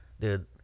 dude